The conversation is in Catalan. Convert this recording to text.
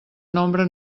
nombre